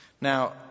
Now